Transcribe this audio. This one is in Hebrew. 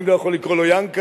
אני לא יכול לקרוא לו יענקל'ה,